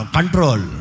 Control